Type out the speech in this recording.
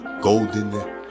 golden